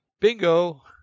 bingo